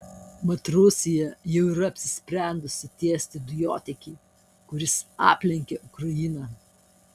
mat rusija jau yra apsisprendusi tiesti dujotiekį kuris aplenkia ukrainą